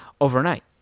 overnight